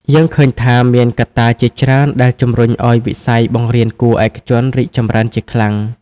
យើងឃើញថាមានកត្តាជាច្រើនដែលជំរុញឲ្យវិស័យបង្រៀនគួរឯកជនរីកចម្រើនជាខ្លាំង។